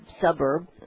suburb